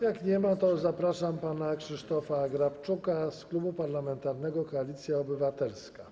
Jeśli go nie ma, to zapraszam pana Krzysztofa Grabczuka z Klubu Parlamentarnego Koalicja Obywatelska.